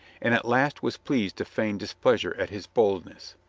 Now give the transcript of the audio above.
and at last was pleased to feign displeasure at his boldness.